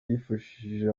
yifashishije